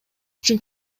үчүн